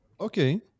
okay